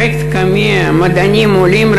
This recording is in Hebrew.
פרויקט קמ"ע למדענים עולים,